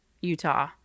Utah